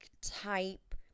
type